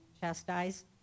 chastised